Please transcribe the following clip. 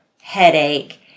headache